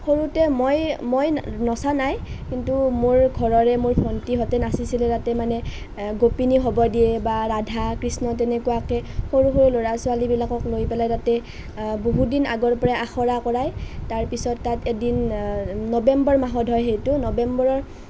সৰুতে মই মই নচা নাই কিন্তু মোৰ ঘৰৰে মোৰ ভণ্টিহঁতে নাচিছিলে তাতে মানে গোপিনী হ'ব দিয়ে বা ৰাধা কৃষ্ণ তেনেকুৱাকৈ সৰু সৰু ল'ৰা ছোৱালীবিলাকক লৈ পেলাই তাতে বহুত দিন আগৰ পৰাই আখৰা কৰায় তাৰ পিছত তাত এদিন নৱেম্বৰ মাহত হয় সেইটো নৱেম্বৰত